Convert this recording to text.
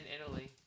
Italy